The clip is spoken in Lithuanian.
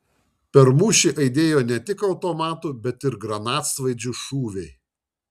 per mūšį aidėjo ne tik automatų bet ir granatsvaidžių šūviai